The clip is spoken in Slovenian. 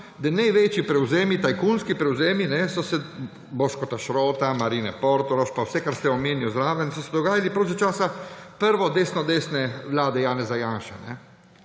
da največji prevzemi, tajkunski prevzemi Boškota Šrota, Marine Portorož pa vse, kar ste omenili zraven, so se dogajali prav za časa prve desnodesne vlade Janeza Janše.